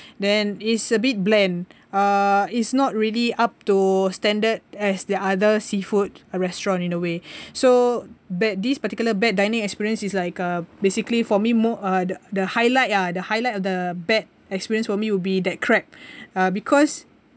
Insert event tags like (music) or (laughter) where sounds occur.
then it's a bit bland uh is not really up to standard as the other seafood restaurant in a way (breath) so bad these particular bad dining experience is like uh basically for me more uh the the highlight ah the highlight of the bad experience for me would be that crab uh because